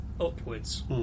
upwards